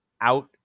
out